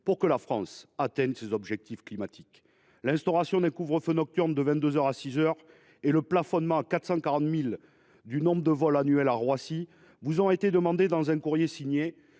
pour que la France atteigne ses objectifs climatiques. L'instauration d'un couvre-feu nocturne de vingt-deux heures à six heures et le plafonnement à 440 000 du nombre de vols annuels à Roissy vous ont été demandés dans un courrier signé